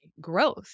growth